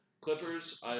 Clippers –